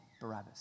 Barabbas